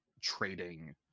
trading